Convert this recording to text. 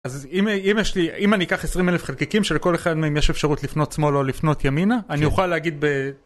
אז אם יש לי, אם אני אקח עשרים אלף חלקיקים שלכל אחד מהם יש אפשרות לפנות שמאל או לפנות ימינה, אני אוכל להגיד ב...